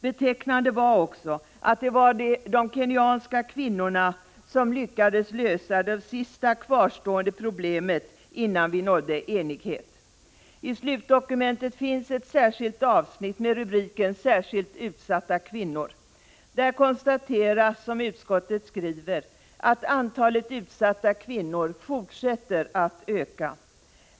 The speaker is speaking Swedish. Betecknande var också att det var de kenyanska kvinnorna som lyckades lösa det sista kvarstående problemet innan vi nådde enighet. I slutdokumentet finns ett särskilt avsnitt med rubriken Särskilt utsatta kvinnor. Där konstateras — som utskottet skriver — att antalet utsatta kvinnor fortsätter att öka.